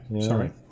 Sorry